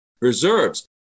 reserves